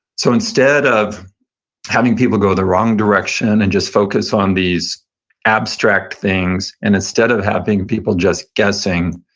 so instead of having people go the wrong direction and just focus on these abstract things, and instead of having people just guessing,